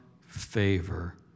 favor